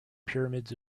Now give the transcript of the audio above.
pyramids